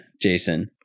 Jason